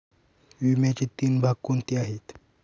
विम्याचे तीन भाग कोणते आहेत?